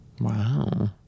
Wow